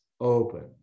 open